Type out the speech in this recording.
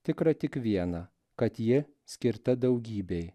tikra tik viena kad ji skirta daugybei